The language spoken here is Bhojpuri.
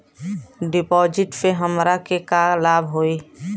डिपाजिटसे हमरा के का लाभ होई?